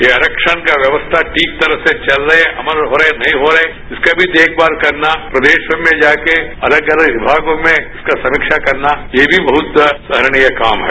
ये आरक्षण का व्यवस्था ठीक तरह से चल रहे है अमल हो रहे है नहीं हो रहे है इसका भी देखमाल करना प्रदेश में जाके अलग अलग विभागों में उसका समीक्षा करना ये भी बहुत सराहनीय काम है